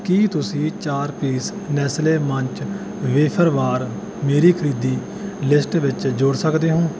ਕੀ ਤੁਸੀਂ ਚਾਰ piece Nestle Munch wafer bar ਮੇਰੀ ਖਰੀਦੀ ਲਿਸਟ ਵਿੱਚ ਜੋੜ ਸਕਦੇ ਹੋਂ